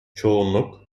çoğunluk